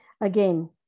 Again